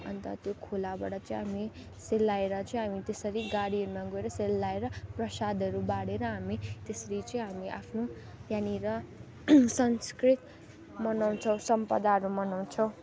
अन्त त्यो खोलाबाट चाहिँ हामी सेलाएर चाहिँ हामी त्यसरी गाडीहरूमा गएर सेलाएर प्रसादहरू बाँडेर हामी त्यसरी चाहिँ हामी आफ्नो त्यहाँनिर संस्कृत मनाउँछौँ सम्पदाहरू मनाउँछौँ